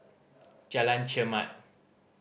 Jalan Chermat